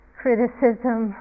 criticism